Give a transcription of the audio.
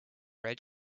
red